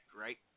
right